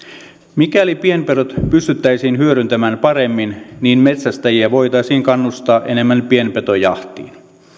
mikäli pienpedot pystyttäisiin hyödyntämään paremmin metsästäjiä voitaisiin kannustaa enemmän pienpetojahtiin